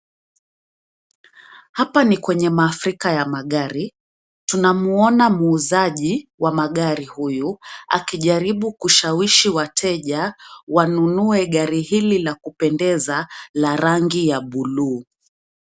Hapa ni kwenye maafrika ya magari. Tunamuona muuzaji wa magari huyu akijaribu kushawishi wateja wanunue gari hili la kupendeza la rangi ya buluu